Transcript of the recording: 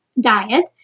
diet